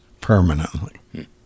permanently